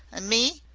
an' me,